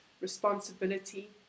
responsibility